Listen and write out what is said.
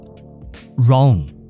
wrong